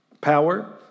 power